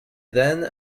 then